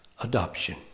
adoption